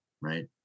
right